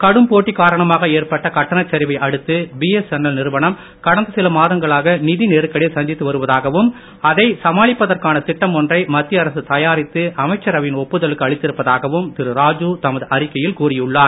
கடும் போட்டி காரணமாக ஏற்பட்ட கட்டணச் சரிவை அடுத்து பிஎஸ்என்எல் நிறுவனம் கடந்த சில மாதங்களாக நிதி நெருக்கடியை சந்தித்து வருதாகவும் அதை சமாளிப்பதற்கான திட்டம் ஒன்றை மத்திய அரசு தயாரித்து அமைச்சரவையின் ஒப்புதலுக்கு அளித்திருப்பதாகவும் திரு ராஜு தமது அறிக்கையில் கூறியுள்ளார்